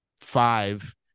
five